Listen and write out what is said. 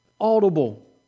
audible